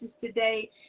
today